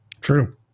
True